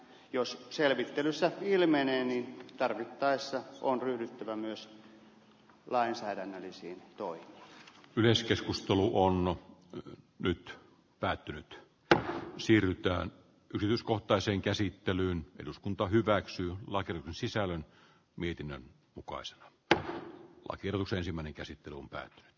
jos selvittelyssä ilmenneen tarvittaessa on ryhdyttävä myös lainsäädännöllisiin toi yleiskeskustelu on nyt päättynyt että siirrytään gylyskohtaiseen käsittelyyn eduskunta hyväksyy lakin sisällön mietinnön mukaiset tähän oikeus ensimmäinen käsitteluun tai c